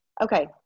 Okay